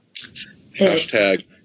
Hashtag